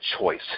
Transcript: choice